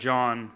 John